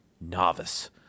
novice